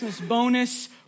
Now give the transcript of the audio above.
bonus